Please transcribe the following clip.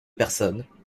personnes